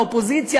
האופוזיציה,